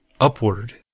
upward